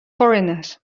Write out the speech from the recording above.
foreigners